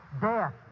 Death